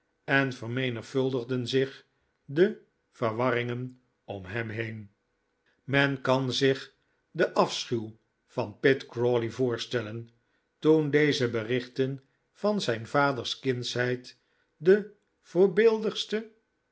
en vermenigvuldigden zich de verwarringen om hem heen men kan zich den afschuw van pitt crawley voorstellen toen deze berichten van zijn vaders kindschheid de voorbeeldigste